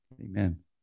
Amen